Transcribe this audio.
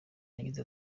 yagize